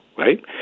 Right